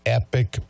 epic